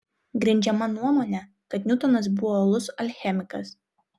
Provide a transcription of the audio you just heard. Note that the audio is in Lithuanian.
grindžiama nuomone kad niutonas buvo uolus alchemikas